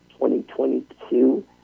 2022